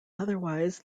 otherwise